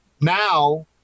now